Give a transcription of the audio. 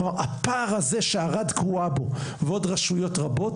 כלומר הפער הזה שערד קרועה בו ועוד רשויות רבות,